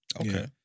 Okay